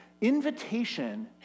invitation